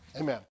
Amen